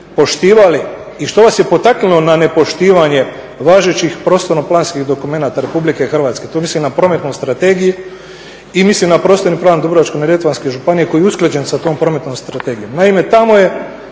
poštivali i što vas je potaknulo na nepoštivanje važećih prostorno-planskih dokumenata RH, tu mislim na prometnu strategiju i mislim na prostorni plan Dubrovačko-neretvanske županije koji je usklađen sa tom prometnom strategijom. Naime, tamo je